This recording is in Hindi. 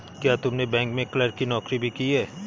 क्या तुमने बैंक में क्लर्क की नौकरी भी की है?